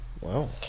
Wow